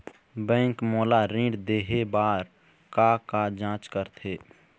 Bank मोला ऋण देहे बार का का जांच करथे?